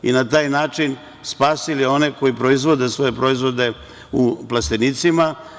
Na taj način smo spasili one koji proizvode svoje proizvode u plastenicima.